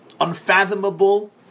unfathomable